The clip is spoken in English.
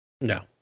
No